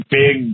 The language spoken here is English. big